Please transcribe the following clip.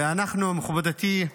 ואנחנו, מכובדתי,